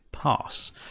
pass